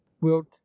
wilt